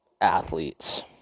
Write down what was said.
athletes